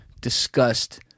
discussed